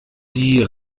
die